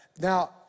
Now